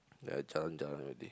then I jalan jalan already